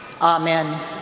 Amen